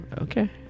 Okay